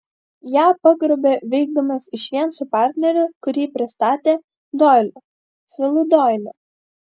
ją pagrobė veikdamas išvien su partneriu kurį pristatė doiliu filu doiliu